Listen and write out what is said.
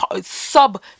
sub